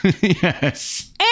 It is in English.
Yes